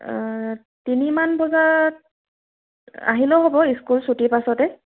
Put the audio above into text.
তিনি মান বজাত আহিলেও হ'ব স্কুল চুটিৰ পাছতে